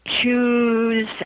choose